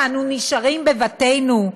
שאנו נשארים בבתינו?